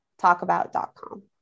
talkabout.com